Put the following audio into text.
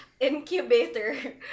incubator